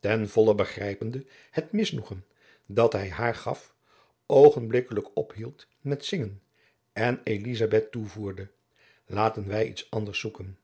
ten volle begrijpende het misnoegen dat hij haar adriaan loosjes pzn het leven van maurits lijnslager gaf oogenblikkelijk ophield met zingen en elizabeth toevoerde laten wij iets anders zoeken